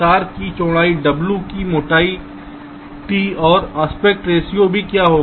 तार की चौड़ाई w की मोटाई t और एस्पेक्ट रेशों भी क्या होगा